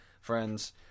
friends